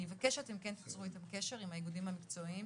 אני מבקשת שתיצרו קשר עם האיגודים המקצועיים,